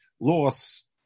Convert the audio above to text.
loss